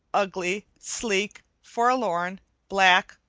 ugly, sleek, forlorn, black,